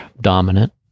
dominant